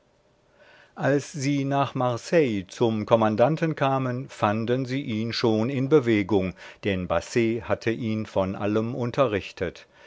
als sie nach marseille zum kommandanten kamen fanden sie ihn schon in bewegung denn basset hatte ihn von allem unterrichtet